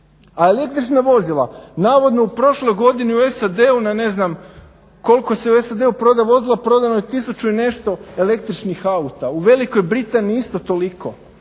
A električna vozila navodno u prošloj godini u SAD na ne znam koliko se u SAD-u prodalo vozila, prodano je tisuću i nešto električnih auta, u Velikoj Britaniji isto toliko.